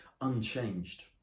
unchanged